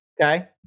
Okay